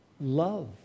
Love